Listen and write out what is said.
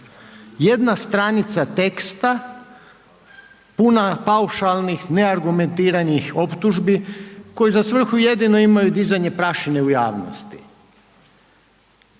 Jedna stranica teksta puna paušalnih neargumentiranih optužbi koji za svrhu jedino imaju dizanje prašine u javnosti.